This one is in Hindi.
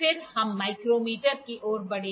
फिर हम माइक्रोमीटर की ओर बढ़ेंगे